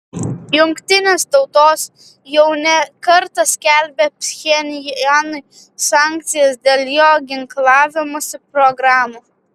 jungtinės tautos jau ne kartą skelbė pchenjanui sankcijas dėl jo ginklavimosi programų